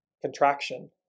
contraction